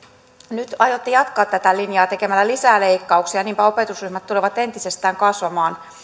nyt aiotte jatkaa tätä linjaa tekemällä lisää leikkauksia niinpä opetusryhmät tulevat entisestään kasvamaan